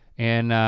and